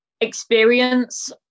experience